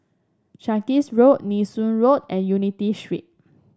Sarkies Road Nee Soon Road and Unity Street